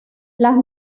las